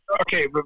Okay